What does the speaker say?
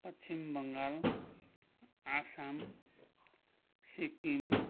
Paschim Bengal Assam Sikkim